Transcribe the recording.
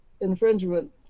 infringement